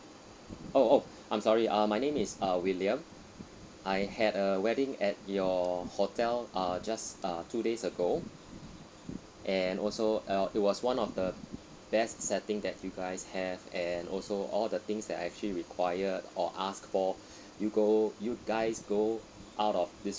oh oh I'm sorry uh my name is uh william I had a wedding at your hotel uh just uh two days ago and also uh it was also one of the best setting that you guys have and also all the things that I actually required or asked for you go you guys go out of this